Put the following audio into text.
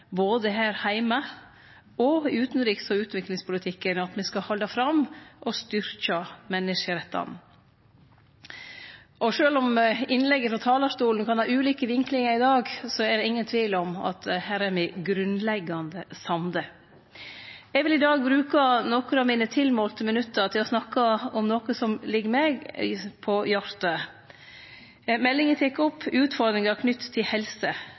både her heime og i utanriks- og utviklingspolitikken, at me skal halde fram med å styrkje menneskerettane. Sjølv om innlegga frå talarstolen kan ha ulike vinklingar i dag, er det ingen tvil om at her er me grunnleggjande samde. Eg vil i dag bruke nokre av mine tilmålte minuttar til å snakke om noko som ligg meg på hjartet. Meldinga tek opp utfordringar knytte til helse.